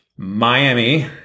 Miami